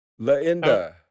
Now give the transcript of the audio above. Lainda